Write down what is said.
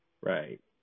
Right